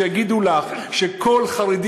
שיגידו לך שכל חרדי,